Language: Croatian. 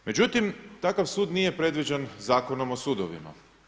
Međutim, takav sud nije predviđen Zakonom o sudovima.